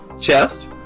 chest